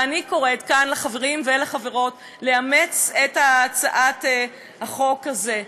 ואני קוראת כאן לחברים ולחברות לאמץ את הצעת החוק הזאת.